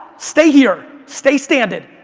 stay here, stay standing.